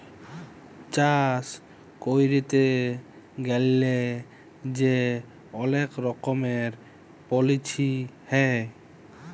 চাষ ক্যইরতে গ্যালে যে অলেক রকমের পলিছি হ্যয়